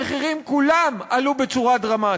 המחירים כולם עלו בצורה דרמטית.